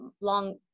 long